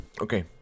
Okay